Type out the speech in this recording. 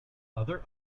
other